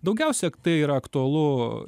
daugiausia tai yra aktualu